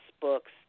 books